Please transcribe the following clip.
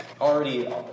already